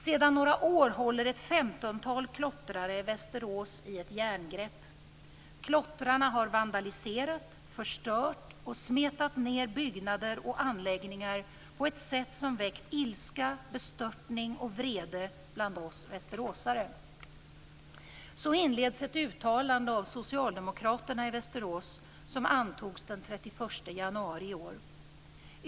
"Sedan några år håller ett 15-tal klottrare Västerås i ett järngrepp. Klottrarna har vandaliserat, förstört och smetat ned byggnader och anläggningar på ett sätt som väckt ilska, bestörtning och vrede bland oss västeråsare." Så inleds ett uttalande av socialdemokraterna i Västerås som antogs den 31 januari i år.